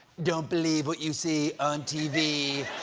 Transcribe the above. don't believe what you see on tv,